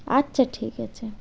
আচ্ছা ঠিক আছে